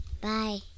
bye